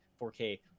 4K